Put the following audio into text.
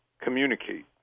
communicate